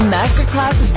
Masterclass